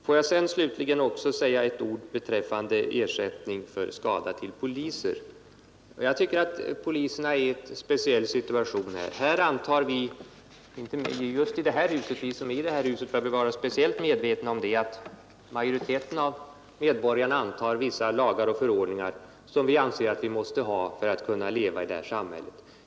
Får jag slutligen också säga några ord om ersättning till poliser för skada. Jag anser att poliserna är i en speciell situation. Vi som befinner oss i det här huset bör väl vara särskilt medvetna om att vi som representanter för medborgarna antar vissa lagar och förordningar som vi anser att vi måste ha för att kunna leva tillsammans i samhället.